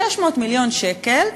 600 מיליון שקל,